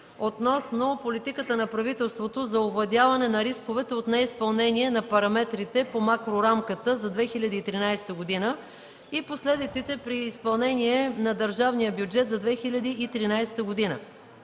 относно политиката на правителството за овладяване на рисковете от неизпълнение на параметрите по макрорамката за 2013 г. и последиците при изпълнение на държавния бюджет за 2013 г.